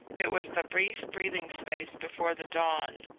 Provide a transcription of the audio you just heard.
it was the brief breathing space before the dawn.